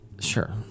Sure